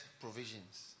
provisions